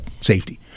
safety